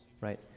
Right